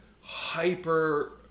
hyper